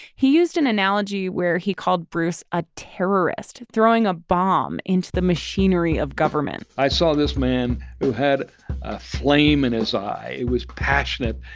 he used an analogy where he called bruce a terrorist throwing a bomb into the machinery of government i saw this man who had ah flame in his eye he was passionate.